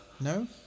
No